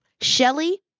Shelley